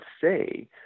say